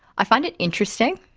i find it interesting